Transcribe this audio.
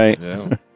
right